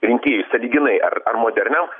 rinkėjui sąlyginai ar ar moderniam